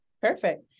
Perfect